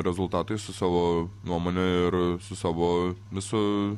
rezultatais su savo nuomone ir su savo visu